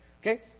Okay